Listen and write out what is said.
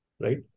right